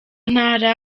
ntara